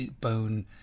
bone